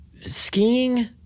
skiing